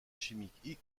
chimique